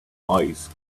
ice